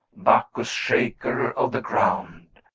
bacchus, shaker of the ground!